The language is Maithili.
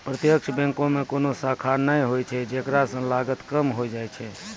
प्रत्यक्ष बैंको मे कोनो शाखा नै होय छै जेकरा से लागत कम होय जाय छै